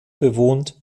bewohnt